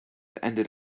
ended